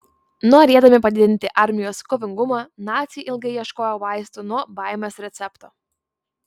norėdami padidinti armijos kovingumą naciai ilgai ieškojo vaistų nuo baimės recepto